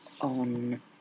on